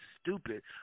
stupid